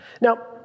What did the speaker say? Now